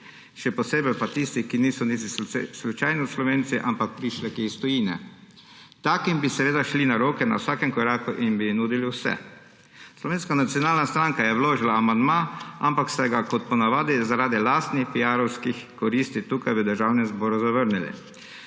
še posebej pa tisti, ki niso niti slučajno Slovenci, ampak prišleki iz tujine. Takim bi seveda šli na roke na vsakem koraku in bi jim nudili vse. Slovenska nacionalna stranka je vložila amandma, ampak ste ga, kot ponavadi, zaradi lastnih piarovskih koristi tukaj v Državnem zboru zavrnili.